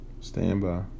Standby